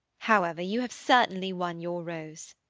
however, you have certainly won your rose.